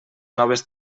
noves